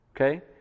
Okay